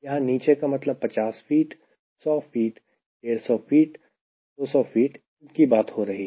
यहां नीचे का मतलब 50 फीट 100 फीट 150 फीट 200 फीट इनकी बात हो रही है